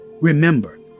Remember